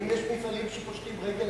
יש מפעלים שפושטים את הרגל.